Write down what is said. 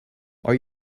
are